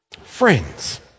Friends